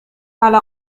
على